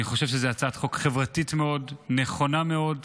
אני חושב שזו הצעת חוק חברתית מאוד, נכונה מאוד,